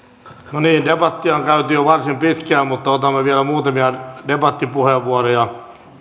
no niin debattia on käyty jo varsin pitkään mutta otamme vielä muutamia debattipuheenvuoroja